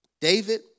David